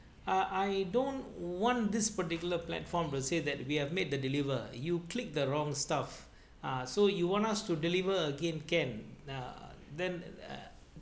uh I don't want this particular platform let's say that we have made the deliver you click the wrong stuff ah so you want us to deliver again can uh then